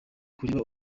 kureba